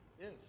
Yes